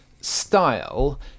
style